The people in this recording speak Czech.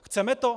Chceme to?